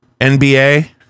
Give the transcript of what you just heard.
NBA